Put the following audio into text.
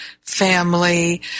family